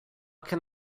can